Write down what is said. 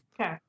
Okay